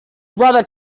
brother